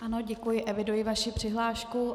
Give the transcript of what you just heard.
Ano, děkuji, eviduji vaši přihlášku.